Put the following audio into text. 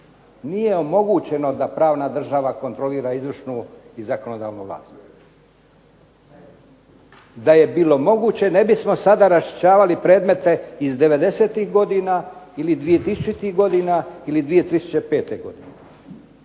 Nije omogućeno da pravna država kontrolira izvršnu i zakonodavnu vlast. Da je bilo moguće, ne bismo sada raščišćavali predmete iz '90.-tih godina ili 2000.-tih godina ili 2005. godine.